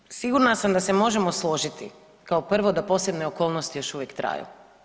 Dakle, sigurna sam da se možemo složiti kao prvo da posebne okolnosti još uvijek traju.